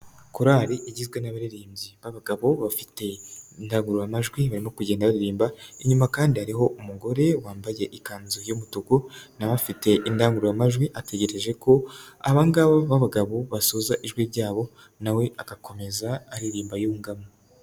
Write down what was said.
Korari igizwe n'abaririmbyi b'abagabo bafite indangururamajwi bari no kugenda baririmba, inyuma kandi hariho umugore wambaye ikanzu y'umutuku nawe afite indangururamajwi ategereje ko aba ngaba b'abagabo basoza ijwi ryabo nawe agakomeza aririmba yungamo.